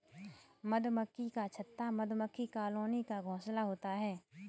मधुमक्खी का छत्ता मधुमक्खी कॉलोनी का घोंसला होता है